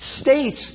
states